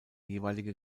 jeweilige